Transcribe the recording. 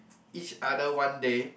each other one day